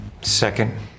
Second